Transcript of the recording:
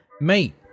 mate